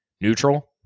neutral